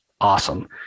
awesome